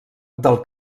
del